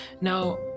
now